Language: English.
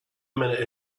minute